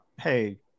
hey